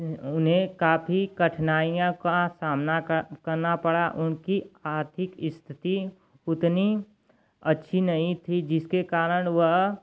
उन्हें काफ़ी कठिनाइयों का सामना कर करना पड़ा काफ़ी उनकी आर्थिक स्थिति उतनी अच्छी नहीं थी जिसके कारण वह